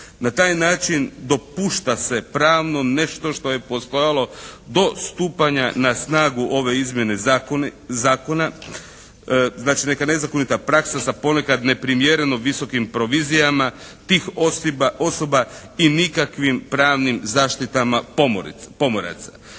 Na taj način dopušta se pravno nešto što je postojalo do stupanja na snagu ove izmjene zakona, da će neka nezakonita praksa sa ponekad neprimjereno visokim provizijama tih osoba i nikakvim pravnim zaštitama pomoraca.